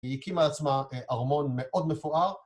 והקימה עצמה ארמון מאוד מפואר.